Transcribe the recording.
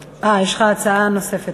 רגע, רגע, יש לך הצעה נוספת?